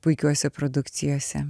puikiuose produkcijose